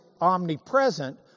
omnipresent